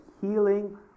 healing